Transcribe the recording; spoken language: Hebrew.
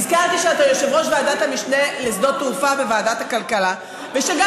הזכרתי שאתה יושב-ראש ועדת המשנה לשדות תעופה בוועדת הכלכלה ושגם